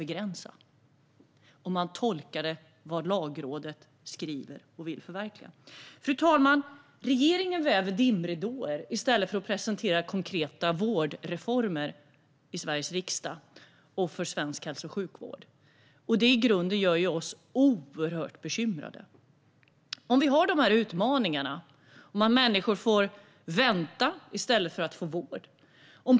Regeringen väver dimridåer i Sveriges riksdag i stället för att presentera konkreta vårdreformer för svensk hälso och sjukvård. Det gör oss i grunden oerhört bekymrade. Vi har nu många utmaningar. Människor får vänta i stället för att få vård.